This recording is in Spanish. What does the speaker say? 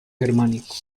germánico